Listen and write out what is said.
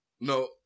No